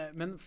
men